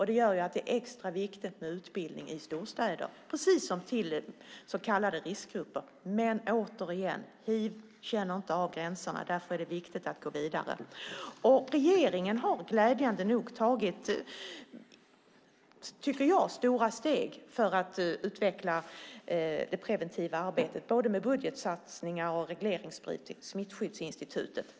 Det gör att det är extra viktigt med utbildning i storstäder, precis som i så kallade riskgrupper. Men återigen: Hiv känner inte av gränserna, och därför är det viktigt att gå vidare. Regeringen har glädjande nog tagit stora steg, tycker jag, för att utveckla det preventiva arbetet både med budgetsatsningar och regleringsbrev till Smittskyddsinstitutet.